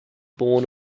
born